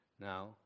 now